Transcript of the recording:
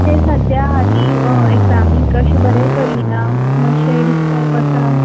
तें सध्याक हाली एग्जामीक अशें बरें करीना मात्शे डिस्ट्ब्ड आसा